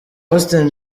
austin